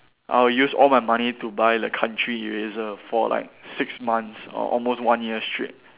I'll use all my money to buy the country eraser for like six months or almost one year straight